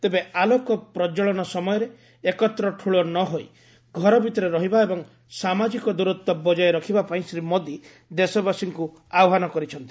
ତେବେ ଆଲୋକ ପ୍ରକ୍ୱଳନ ସମୟରେ ଏକତ୍ର ଠୁଳ ନ ହୋଇ ଘର ଭିତରେ ରହିବା ଏବଂ ସାମାଜିକ ଦୂରତ୍ୱ ବଜାୟ ରଖିବାପାଇଁ ଶ୍ରୀ ମୋଦି ଦେଶବାସୀଙ୍କୁ ଆହ୍ୱାନ କରିଛନ୍ତି